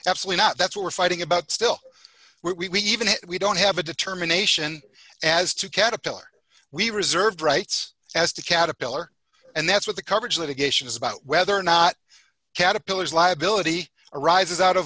absolutely not that's what we're fighting about still we even if we don't have a determination as to caterpillar we reserve rights as to caterpillar and that's what the coverage litigation is about whether or not caterpillars liability arises out of